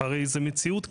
הרי זו מציאות קיימת.